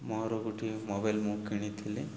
ମୋର ଗୋଟିଏ ମୋବାଇଲ୍ ମୁଁ କିଣିଥିଲି